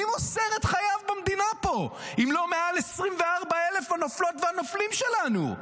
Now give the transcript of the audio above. מי מוסר את חייו במדינה פה אם לא מעל 24,000 הנופלות והנופלים שלנו?